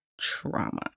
trauma